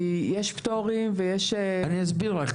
כי יש פטורים --- אני אסביר לך.